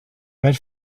per